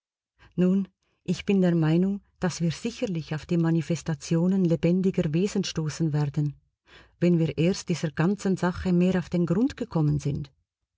nun ich bin der meinung daß wir sicherlich auf die manifestationen lebendiger wesen stoßen werden wenn wir erst dieser ganzen sache mehr auf den grund gekommen sind